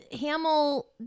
Hamill